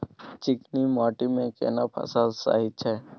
चिकनी माटी मे केना फसल सही छै?